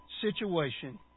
situation